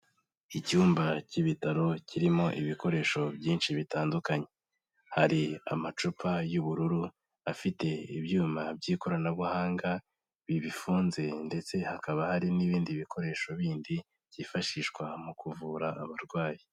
Icyumba cy'ibitaro kirimo ibikoresho byinshi bitandukanye, hari amacupa y'ubururu afite ibyuma by'ikoranabuhanga bibifunze ndetse hakaba hari n'ibindi bikoresho bindi byifashishwa mu kuvura abarwayi.